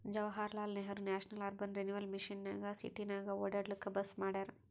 Jawaharlal Nehru national urban renewal mission ನಾಗ್ ಸಿಟಿನಾಗ್ ಒಡ್ಯಾಡ್ಲೂಕ್ ಬಸ್ ಮಾಡ್ಯಾರ್